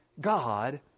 God